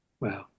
Wow